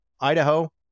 Idaho